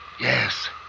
Yes